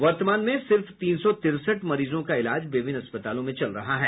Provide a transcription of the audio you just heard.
वर्तमान में सिर्फ तीन सौ तिरसठ मरीजों का इलाज विभिन्न अस्पतालों में चल रहा है